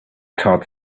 thought